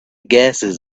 gases